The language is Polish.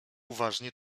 uważnie